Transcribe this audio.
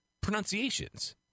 pronunciations